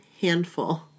handful